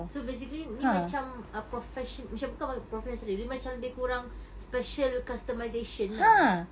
so basically ni macam err profession~ macam bukan professional dia macam lebih kurang special customisation lah